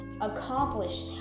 accomplished